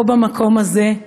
פה, במקום הזה,